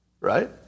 Right